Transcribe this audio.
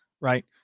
right